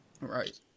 Right